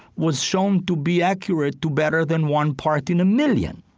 was shown to be accurate to better than one part in a million